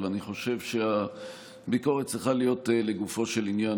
אבל אני חושב שהביקורת צריכה להיות לגופו של עניין,